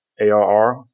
ARR